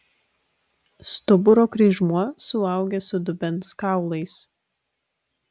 stuburo kryžmuo suaugęs su dubens kaulais